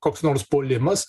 koks nors puolimas